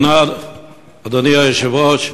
אדוני היושב-ראש,